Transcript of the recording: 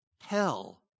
hell